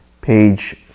page